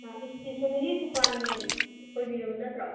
ꯑꯥ stationery ꯗꯨꯀꯥꯟ ꯑꯣꯏꯕꯤꯔꯕ ꯅꯠꯇ꯭ꯔꯣ